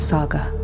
Saga